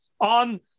on